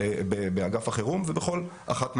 ובאגף החירום וכמעט בכל אחת מהיחידות.